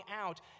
out